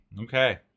Okay